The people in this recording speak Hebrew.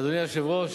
אדוני היושב-ראש,